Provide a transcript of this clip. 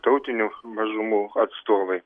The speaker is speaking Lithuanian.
tautinių mažumų atstovai